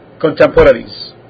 contemporaries